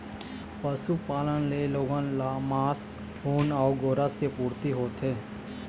पशुपालन ले लोगन ल मांस, ऊन अउ गोरस के पूरती होथे